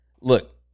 Look